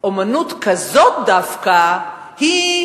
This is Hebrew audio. אמנות כזו דווקא היא,